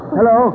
Hello